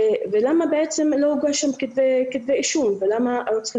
למה בעצם לא הוגשו שם כתבי אישום ולמה הרוצחים